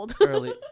early